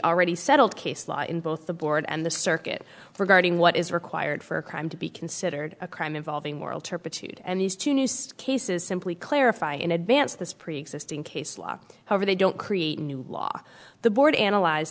already settled case law in both the board and the circuit regarding what is required for a crime to be considered a crime involving moral turpitude and these two new cases simply clarify in advance this preexisting case law however they don't create a new law the board analyze